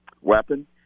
weapon